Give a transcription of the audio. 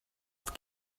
het